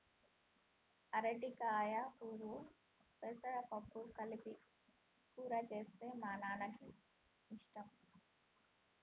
అరటికాయ పువ్వు పెసరపప్పు కలిపి కూర చేస్తే మా నాన్నకి ఇష్టం